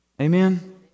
Amen